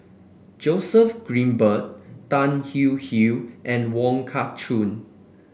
Joseph Grimberg Tan Hwee Hwee and Wong Kah Chun